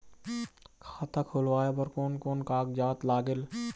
खाता खुलवाय बर कोन कोन कागजात लागेल?